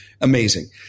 Amazing